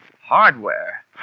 Hardware